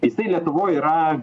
jisai lietuvoj yra